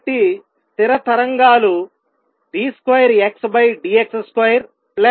కాబట్టి స్థిర తరంగాలు d2Xdx2k2X0